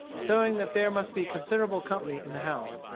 showing that there must be considerable company in the house.